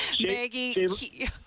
maggie